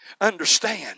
understand